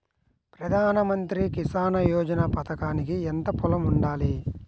ప్రధాన మంత్రి కిసాన్ యోజన పథకానికి ఎంత పొలం ఉండాలి?